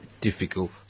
difficult